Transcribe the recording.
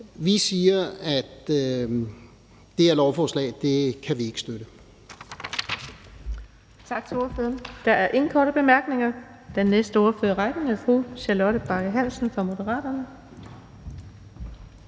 vi siger, at det her lovforslag kan vi ikke støtte.